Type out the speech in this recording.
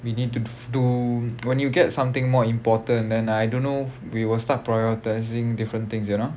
we need to do when you get something more important and I don't know we will start prioritising different things you know